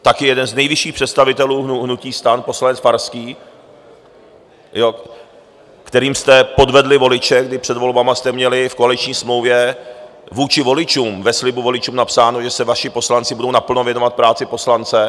Taky jeden z nejvyšších představitelů hnutí STAN poslanec Farský, kterým jste podvedli voliče, kdy před volbami jste měli v koaliční smlouvě ve slibu voličům napsáno, že se vaši poslanci budou naplno věnovat práci poslance.